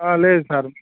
లేదు సార్